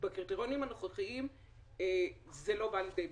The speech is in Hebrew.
בקריטריונים הנוכחיים זה לא בא לידי ביטוי.